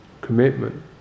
commitment